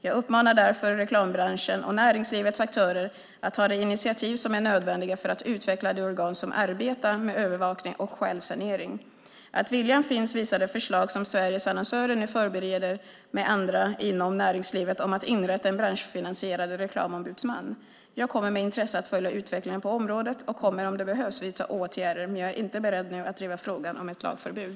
Jag uppmanar därför reklambranschen och näringslivets aktörer att ta de initiativ som är nödvändiga för att utveckla de organ som arbetar med övervakning och självsanering. Att viljan finns visar det förslag som Sveriges Annonsörer nu förbereder med andra inom näringslivet om att inrätta en branschfinansierad reklamombudsman. Jag kommer med intresse att följa utvecklingen på området och kommer om det behövs vidta åtgärder, men jag är inte beredd att nu driva frågan om ett lagförbud.